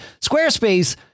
Squarespace